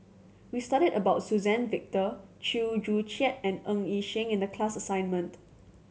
we studied about Suzann Victor Chew Joo Chiat and Ng Yi Sheng in the class assignment